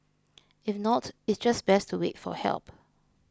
if not it's just best to wait for help